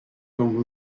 ongl